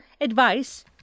Advice